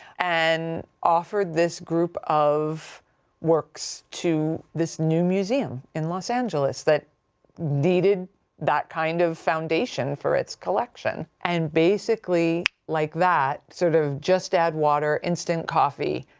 and offered this group of works to this new museum in los angeles that needed that kind of foundation for its collection. and basically, like that, sort of just add water, instant coffee,